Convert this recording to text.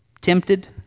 tempted